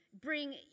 bring